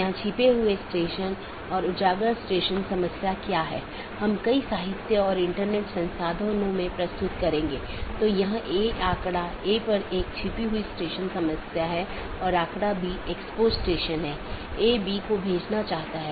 एक AS traffic की निश्चित श्रेणी के लिए एक विशेष AS पाथ का उपयोग करने के लिए ट्रैफिक को अनुकूलित कर सकता है